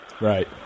Right